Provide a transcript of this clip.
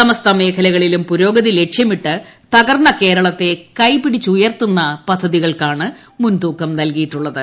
സമസ്ത മേഖലയിലും പുരോഗതി ലക്ഷ്യമിട്ട് തകർന്ന കേരളത്തെ കൈ പിടിച്ചുയർത്തുന്ന പദ്ധതികൾക്കാണ് മുൻ തൂക്കം നൽകിയിട്ടുള്ളത്